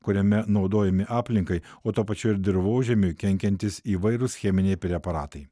kuriame naudojami aplinkai o tuo pačiu ir dirvožemiui kenkiantys įvairūs cheminiai preparatai